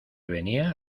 venía